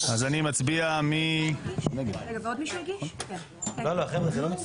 אני ציפיתי שלמרות שאתם גברים שלא תיתנו יד להרס מעמדה של האישה.